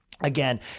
again